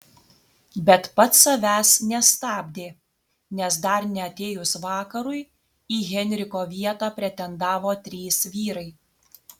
bet pats savęs nestabdė nes dar neatėjus vakarui į henriko vietą pretendavo trys vyrai